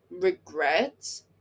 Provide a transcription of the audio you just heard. regrets